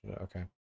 Okay